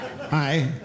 hi